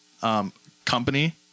company